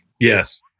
Yes